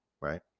Right